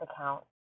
account